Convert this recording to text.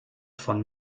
von